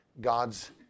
God's